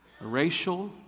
racial